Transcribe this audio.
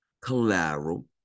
collateral